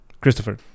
Christopher